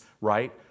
right